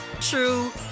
true